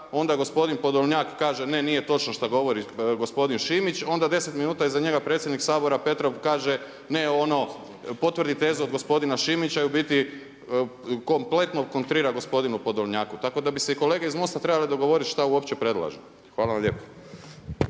onda gospodin Podolnjak kaže, ne nije točno šta govori gospodin Šimić, onda 10 minuta iza njega predsjednik Sabora Petrov kaže, ne ono, potvrdi tezu od gospodina Šimića i u biti kompletno kontrira gospodinu Podolnjaku. Tako da bi se i kolega iz MOST-a trebale dogovoriti šta uopće predlažu. Hvala vam lijepo.